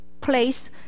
place